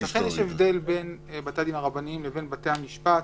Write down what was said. אכן, יש הבדל בין בתי הדין הרבניים לבין בתי-המשפט